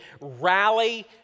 rally